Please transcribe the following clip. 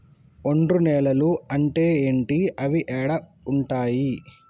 ఒండ్రు నేలలు అంటే ఏంటి? అవి ఏడ ఉంటాయి?